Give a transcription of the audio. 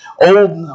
old